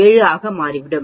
7 ஆகிவிடும்